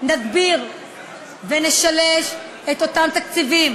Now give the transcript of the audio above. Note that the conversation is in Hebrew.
נגביר ונשלש את אותם תקציבים